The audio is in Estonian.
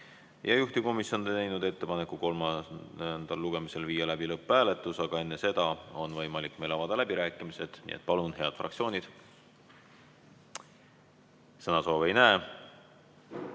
Juhtivkomisjon on teinud ettepaneku kolmandal lugemisel viia läbi lõpphääletus, aga enne seda on meil võimalik avada läbirääkimised. Nii et palun, head fraktsioonid! Sõnasoove ei näe.